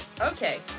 Okay